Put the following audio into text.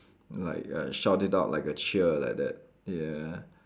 like like shout it out like a cheer like that ya